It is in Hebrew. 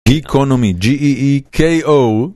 גיקונומי G-E-E-K-O